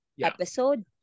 episode